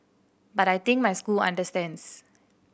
but I think my school understands